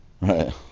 Right